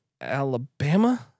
Alabama